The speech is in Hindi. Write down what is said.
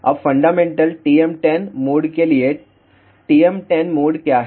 अब फंडामेंटल TM10 मोड के लिएTM10 मोड क्या है